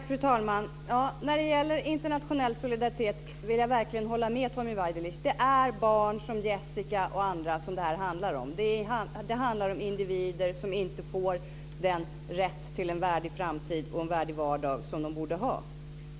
Fru talman! När det gäller internationell solidaritet vill jag verkligen hålla med Tommy Waidelich. Det är barn som Jessica och andra som det här handlar om. Det handlar om individer som inte får den rätt till en värdig framtid och vardag som de borde ha.